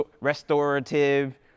restorative